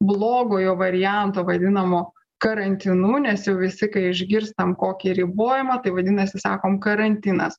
blogojo varianto vadinamo karantinu nes jau visi kai išgirstam kokį ribojimą tai vadinasi sakom karantinas